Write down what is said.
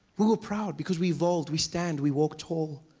we were proud because we evolved. we stand, we walk tall.